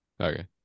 Okay